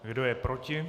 Kdo je proti?